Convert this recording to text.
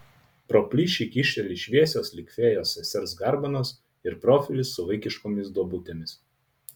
pro plyšį kyšteli šviesios lyg fėjos sesers garbanos ir profilis su vaikiškomis duobutėmis